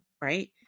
right